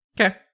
Okay